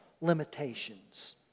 limitations